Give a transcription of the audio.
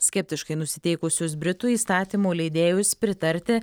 skeptiškai nusiteikusius britų įstatymų leidėjus pritarti